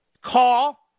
call